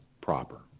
proper